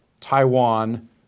Taiwan